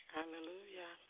Hallelujah